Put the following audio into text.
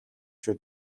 шүү